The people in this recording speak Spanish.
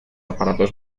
aparatos